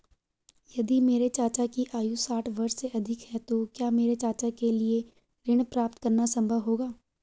यदि मेरे चाचा की आयु साठ वर्ष से अधिक है तो क्या मेरे चाचा के लिए ऋण प्राप्त करना संभव होगा?